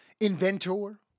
inventor